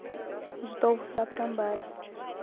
زٕتووُہ سپتمبَر